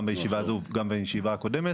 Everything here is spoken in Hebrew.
גם בישיבה הזו וגם בקודמת,